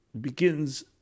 begins